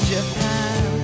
Japan